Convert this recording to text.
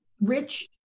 Rich